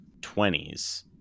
20s